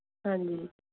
ਹਾਂਜੀ